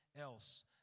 else